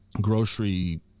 grocery